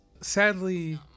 sadly